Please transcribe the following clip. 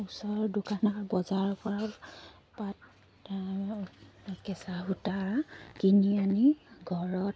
ওচৰৰ দোকানৰ বজাৰৰ পৰাও পাত কেঁচা সূতা কিনি আনি ঘৰত